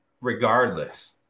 regardless